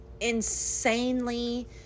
insanely